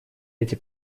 эти